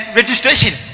registration